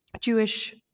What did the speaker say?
Jewish